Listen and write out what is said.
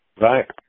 Right